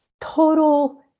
total